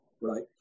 right